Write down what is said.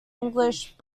english